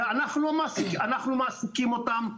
שאנחנו מעסיקים אותם,